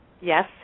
Yes